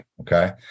okay